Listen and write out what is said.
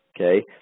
Okay